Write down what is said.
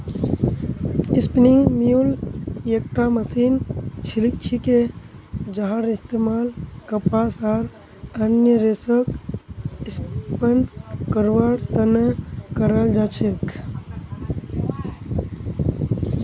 spinning mule एकटा machine छिके जहार इस्तमाल कपास आर अन्य रेशक स्पिन करवार त न कराल जा छेक